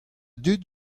dud